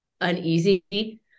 uneasy